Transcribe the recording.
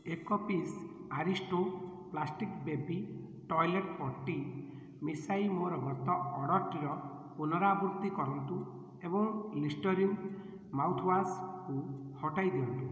ଏକ piece Aristo plastic baby toilet ପଟ୍ଟି ମିଶାଇ ମୋର ଗତ ଅର୍ଡ଼ର୍ଟିର ପୁନରାବୃତ୍ତି କରନ୍ତୁ ଏବଂ ଲିଷ୍ଟରିନ୍ ମାଉଥ୍ୱାଶ୍ କୁ ହଟାଇ ଦିଅନ୍ତୁ